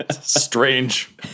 Strange